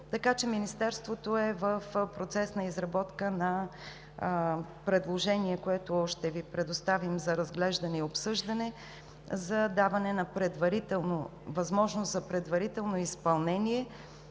Министерството е в процес на изработка на предложение, което ще Ви предоставим за разглеждане и обсъждане, за даване възможност за предварително изпълнение